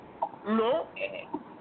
No